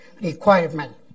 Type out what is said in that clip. requirement